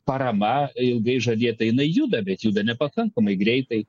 parama ilgai žadėta jinai juda bet juda nepakankamai greitai